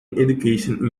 education